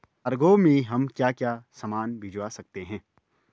Cargo में हम क्या क्या सामान भिजवा सकते हैं?